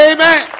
Amen